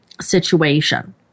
situation